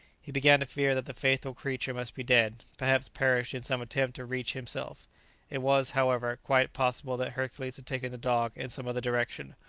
he began to fear that the faithful creature must be dead, perhaps perished in some attempt to reach himself it was, however, quite possible that hercules had taken the dog in some other direction,